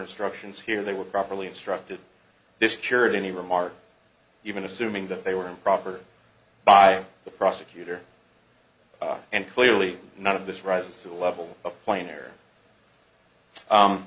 instructions here they were properly instructed this curate any remarks even assuming that they were improper by the prosecutor and clearly none of this rises to the level of plain error